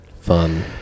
fun